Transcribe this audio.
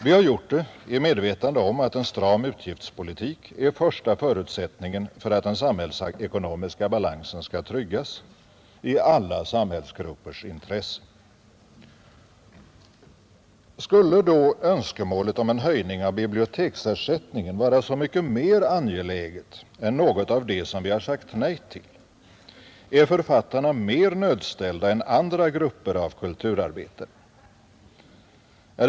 Vi har gjort det i medvetande om att en stram utgiftspolitik är första förutsättningen för att den samhällsekonomiska balansen skall tryggas i alla samhällsgruppers intresse. Skulle då önskemålet om en höjning av biblioteksersättningen vara så mycket mer angeläget än något av det vi sagt nej till? Är författarna mer nödställda än andra grupper av kulturarbetare?